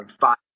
five